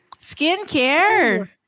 Skincare